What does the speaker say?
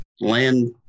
land